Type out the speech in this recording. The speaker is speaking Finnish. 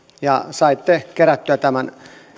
ja saitte kerättyä tämän